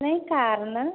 ନାଇ କାର୍ ନା